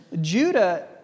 Judah